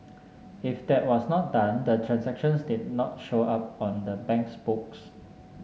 if that was not done the transactions did not show up on the bank's books